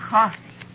Coffee